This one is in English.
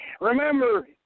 Remember